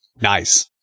Nice